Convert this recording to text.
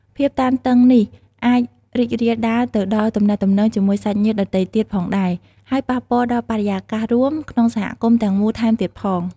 ភាពតានតឹងនេះអាចរីករាលដាលទៅដល់ទំនាក់ទំនងជាមួយសាច់ញាតិដទៃទៀតផងដែរ ហើយប៉ះពាល់ដល់បរិយាកាសរួមក្នុងសហគមន៍ទាំងមូលថែមទៀតផង។